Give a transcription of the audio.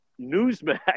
Newsmax